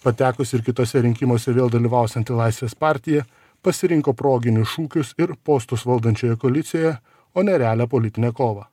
patekusi ir kituose rinkimuose vėl dalyvausianti laisvės partija pasirinko proginius šūkius ir postus valdančiojoje koalicijoje o ne realią politinę kovą